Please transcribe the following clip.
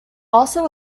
also